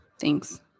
Thanks